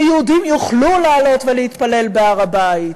שיהודים יוכלו לעלות ולהתפלל בהר-הבית,